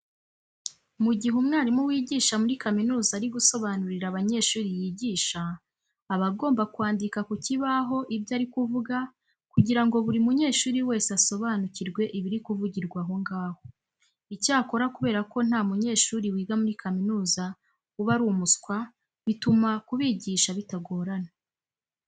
Mu gihe umwarimu wigisha muri kaminuza ari gusobanurira abanyeshuri yigisha, aba agomba kwandika ku kibaho ibyo ari kuvuga kugira ngo buri munyeshuri wese asobanukirwe ibiri kuvugirwa aho ngaho. Icyakora kubera ko nta munyeshuri wiga muri kaminuza uba ri umuswa, bituma kubigisha bitagorana.